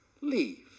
Leave